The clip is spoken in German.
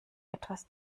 etwas